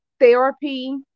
therapy